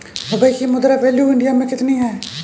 Dubai की मुद्रा value India मे कितनी है?